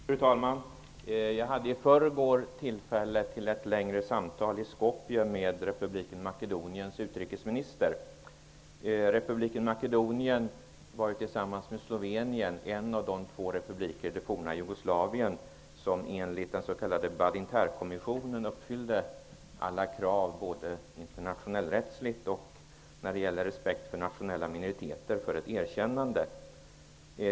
Fru talman! Jag hade i förrgår tillfälle till ett längre samtal med republiken Makedoniens utrikesminister i Skopje. Republiken Makedonien var tillsammans med Slovenien de två republiker i det forna Jugoslavien som enligt den s.k. Badinterkommissionen uppfyllde alla krav för ett erkännande -- både vad gäller internationell rätt och respekt för nationella minoriteter.